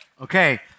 Okay